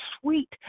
sweet